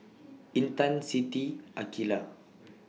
Intan Siti Aqilah